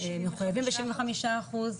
מחויבים ל-75%.